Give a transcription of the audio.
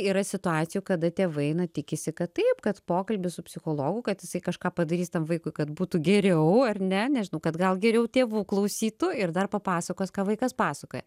yra situacijų kada tėvai na tikisi kad taip kad pokalbis su psichologu kad jisai kažką padarys tam vaikui kad būtų geriau ar ne nežinau kad gal geriau tėvų klausytų ir dar papasakos ką vaikas pasakoja